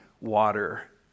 water